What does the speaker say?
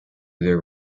their